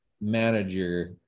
manager